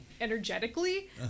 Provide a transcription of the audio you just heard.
energetically